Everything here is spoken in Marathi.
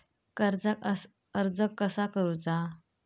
कर्जाक अर्ज कसा करुचा?